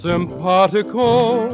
Sympathical